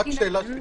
פגם.